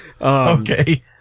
Okay